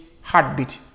heartbeat